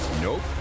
Nope